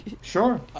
Sure